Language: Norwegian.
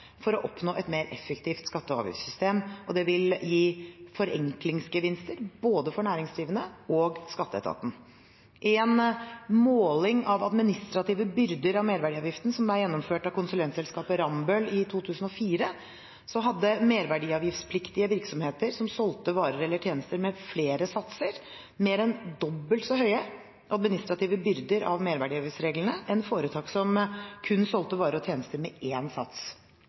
for å oppnå et mer effektivt skatte- og avgiftssystem, og det vil gi forenklingsgevinster både for næringsdrivende og Skatteetaten. I en måling av administrative byrder av merverdiavgiften gjennomført av konsulentselskapet Rambøll i 2004, hadde merverdiavgiftspliktige virksomheter som solgte varer eller tjenester med flere satser, mer enn dobbelt så høye administrative byrder av merverdiavgiftsreglene enn foretak som kun solgte varer og tjenester med én sats.